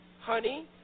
Honey